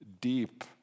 deep